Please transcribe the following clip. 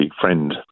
friend